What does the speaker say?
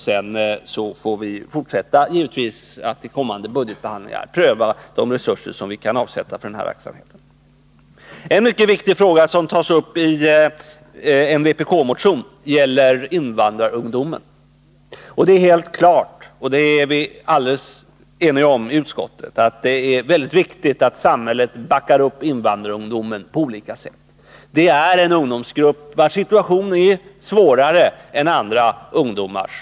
Sedan får vi givetvis vid kommande budgetbehandlingar fortsätta att pröva vilka resurser vi kan avsätta för den verksamheten. En annan mycket viktig fråga, som tas upp i en vpk-motion, gäller invandrarungdomen. Det är helt klart — och det är vi alldeles eniga om i utskottet — att det är väldigt viktigt att samhället stödjer invandrarungdomen på olika sätt. Det är en ungdomsgrupp vars situation är svårare än andra ungdomars.